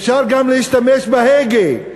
אפשר גם להשתמש בהגה,